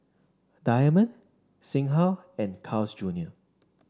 Diamond Singha and Carl's Junior